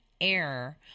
error